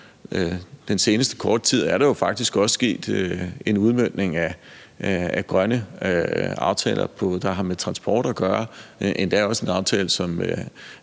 den seneste tid faktisk også er sket en udmøntning af grønne aftaler, der har med transport at gøre, endda også en aftale, som